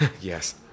Yes